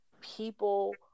people